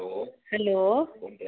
hello